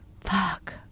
fuck